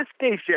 station